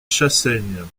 chassaigne